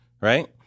Right